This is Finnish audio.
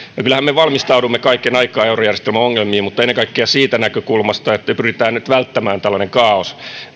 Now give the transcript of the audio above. kyllähän me valmistaudumme kaiken aikaa eurojärjestelmän ongelmiin mutta ennen kaikkea siitä näkökulmasta että pyritään nyt välttämään tällainen kaaos